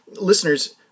listeners